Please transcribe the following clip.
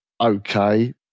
okay